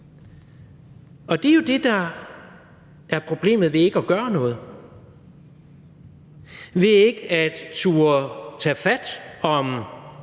Det er jo det, der er problemet ved ikke at gøre noget, ved ikke at turde tage fat om